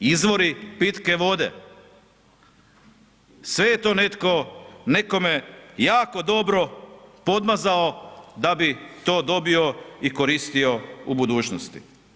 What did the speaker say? Izvori pitke vode, sve je to netko nekome jako dobro podmazao da bi to dobio i koristio u budućnosti.